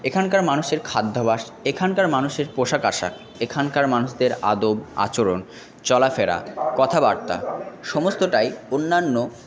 এখানকার মানুষের খাদ্যাভ্যাস এখানকার মানুষের পোশাক আশাক এখানকার মানুষদের আদব আচরণ চলাফেরা কথাবার্তা সমস্তটাই অন্যান্য